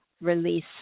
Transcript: release